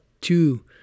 two